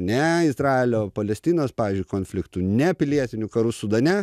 ne izraelio palestinos pavyzdžiui konfliktu ne pilietiniu karu sudane